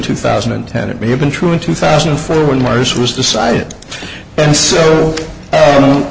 two thousand and ten it may have been true in two thousand and four when miers was decided and so